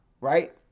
right